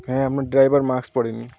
হ্যাঁ আপনার driver mask পড়ে নি